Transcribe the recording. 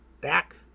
back